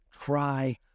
try